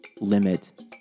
limit